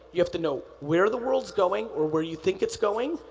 you have to know where the world's going, or where you think it's going.